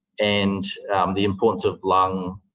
and the importance of lung